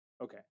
Okay